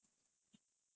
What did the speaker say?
long drive